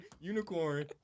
unicorn